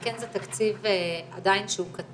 כן זה תקציב שהוא עדיין קטן,